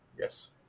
Yes